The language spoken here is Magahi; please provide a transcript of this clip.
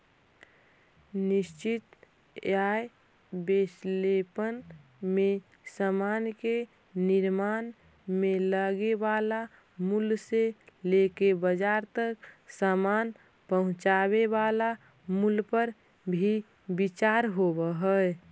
निश्चित आय विश्लेषण में समान के निर्माण में लगे वाला मूल्य से लेके बाजार तक समान पहुंचावे वाला मूल्य पर भी विचार होवऽ हई